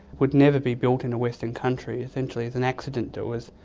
would never be built in a western country. essentially as an accident it was,